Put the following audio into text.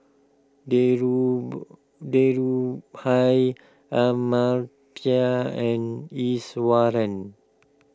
Dhirubhai Amartya and Iswaran